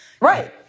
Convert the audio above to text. Right